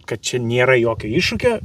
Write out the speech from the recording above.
kad čia nėra jokio iššūkio